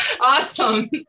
Awesome